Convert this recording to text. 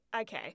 Okay